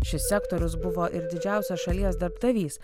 šis sektorius buvo ir didžiausias šalies darbdavys